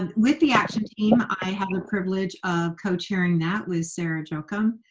and with the action team, i have the privilege of co-chairing that with sara jocham.